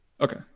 Okay